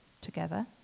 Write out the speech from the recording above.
together